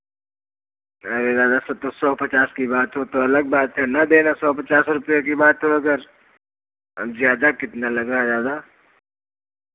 अरे दादा सो तो सौ पचास की बात हो तो अलग बात है ना देना सौ पचास रुपये की बात हो अगर अब ज़्यादा कितना लग रहा है दादा